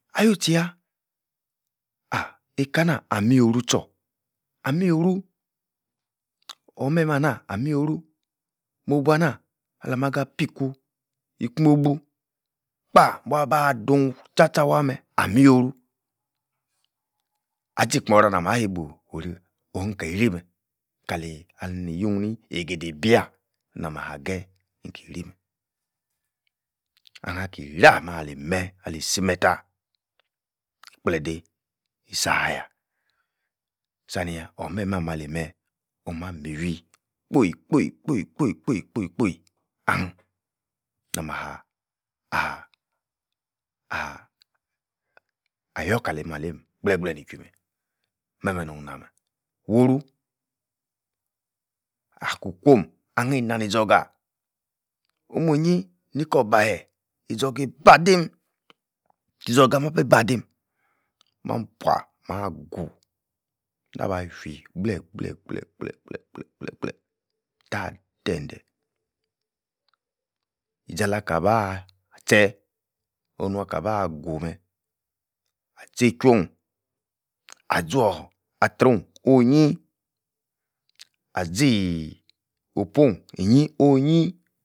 Ah-wu-tchi yah, ah-eika-nah amio-ru tchor, amio-ru, or-meh-meh anah amio-ru, mobua-anah ala-maga piku e-gbobu, kpaah!! bua-ba-dun tcha-tcha waaah-meh, amio-ru, Azi-in-kpora nah-mah beibo inkiri-meh, kali-aleini yun-ni eigedebia ah-mah geyi inkir-meh, ahan-kiri-ameh-ali-meh, ali-zi mehvtah, igbleh-dei, isa-ayah, sanivsah or meh-meh ali-meh, omah-mi wui kpio-kpio-kpio-kpio-kpio-kpio-kpio ah-hanh na-mah-ha-ah-ah ayorkalimadiem gbleeh gbleeh ni-chwui meh, meh-meh-nun-nah meh. Woru, akun-kwom ahin-nanizogah, omu-nyi, nikobahe izor ga-ibida-im, kizorgah-ah meh abi-ba dim mah-bua, mah-gu, naba fii gbleeh-gbleeh-gbleeh-gbleeh-gbleeh-gbleeh-gbleeh-gbleeh tah!!-de-deh isi-alakaba tchen, onuakaba gu meh, ah-zei-chworn, azor-atro'hn onyi, azii. opworh-nyi onyi